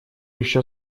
еще